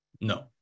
No